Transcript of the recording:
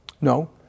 No